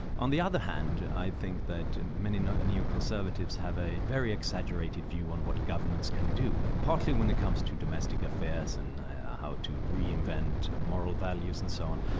on the other hand, i think that many and neo-conservatives have a very exaggerated view on what governments can do, partly when it comes to domestic affairs and how to reinvent moral values and so on,